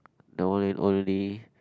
the one and only